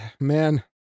man